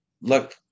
look